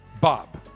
Bob